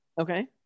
Okay